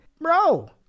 Bro